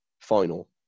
final